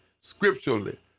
scripturally